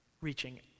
reaching